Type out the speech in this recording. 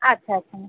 আচ্ছা আচ্ছা